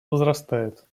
возрастает